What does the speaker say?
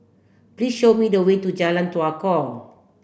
please show me the way to Jalan Tua Kong